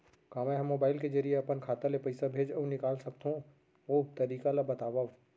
का मै ह मोबाइल के जरिए अपन खाता ले पइसा भेज अऊ निकाल सकथों, ओ तरीका ला बतावव?